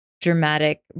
dramatic